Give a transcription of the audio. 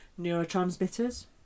neurotransmitters